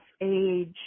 age